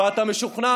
והמשימה